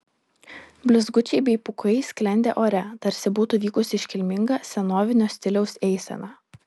blizgučiai bei pūkai sklendė ore tarsi būtų vykusi iškilminga senovinio stiliaus eisena